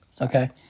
Okay